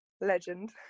Legend